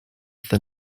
they